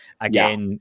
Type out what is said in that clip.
Again